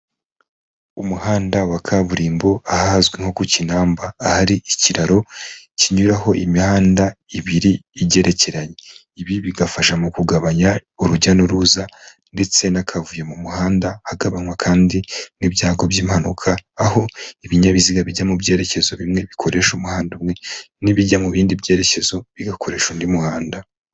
Umuhanda wa kaburimbo ahazwi nko ku Kinamba ahari ikiraro kinyuraho imihanda ibiri igerekeranye, ibi bigafasha mu kugabanya urujya n'uruza ndetse n'akavuyo mu muhanda hagabanywa kandi n'ibyago by'impanuka, aho ibinyabiziga bijya mu byerekezo bimwe bikoresha umuhanda umwe n'ibijya mu bindi byerekezo bigakoresha undi muhanda.